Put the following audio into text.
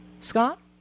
Scott